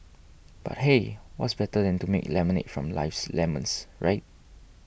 but hey what better than to make lemonade from life's lemons right